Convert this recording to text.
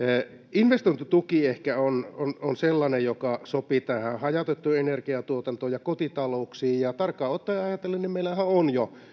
investointituki ehkä on on sellainen joka sopii tähän hajautettuun energiantuotantoon ja kotitalouksiin ja tarkkaan ajatellen meillähän on jo